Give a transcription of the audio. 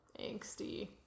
angsty